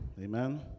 amen